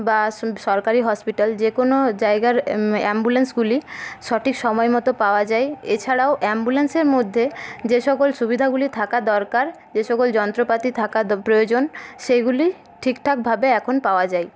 বা সন সরকারি হসপিটাল যে কোনো জায়গার অ্যাম্বুলেন্সগুলি সঠিক সময়মতো পাওয়া যায় এছাড়াও অ্যাম্বুলেন্সের মধ্যে যে সকল সুবিধাগুলি থাকা দরকার যে সকল যন্ত্রপাতি থাকা দ প্রয়োজন সেইগুলি ঠিকাঠাকভাবে এখন পাওয়া যাই